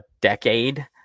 decade